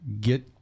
get